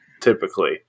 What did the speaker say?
typically